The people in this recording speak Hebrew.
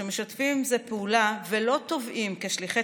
משתפים עם זה פעולה ולא תובעים כשליחי